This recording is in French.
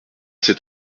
sept